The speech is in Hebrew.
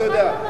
אתה יודע.